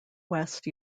west